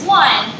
one